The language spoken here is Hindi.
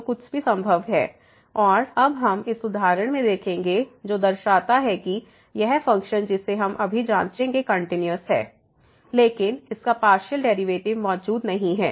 तो कुछ भी संभव है और अब हम इस उदाहरण में देखेंगे जो दर्शाता है कि यह फ़ंक्शन जिसे हम अभी जांचेंगे कंटिन्यूस है लेकिन इसका पार्शियल डेरिवेटिव मौजूद नहीं है